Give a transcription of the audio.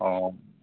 অঁ